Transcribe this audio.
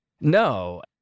no